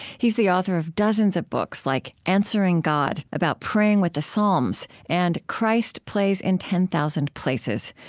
he's the author of dozens of books like answering god, about praying with the psalms and christ plays in ten thousand places,